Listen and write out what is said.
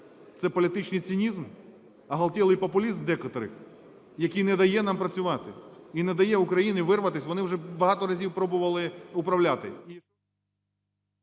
це політичний цинізм, оголтілий популізм декотрих, який не дає нам працювати і не дає Україні вирватись, вони вже багато разів пробували управляти